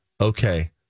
okay